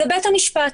זה בית המשפט.